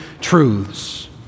truths